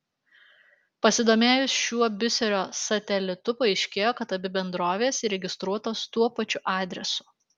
pasidomėjus šiuo biserio satelitu paaiškėjo kad abi bendrovės įregistruotos tuo pačiu adresu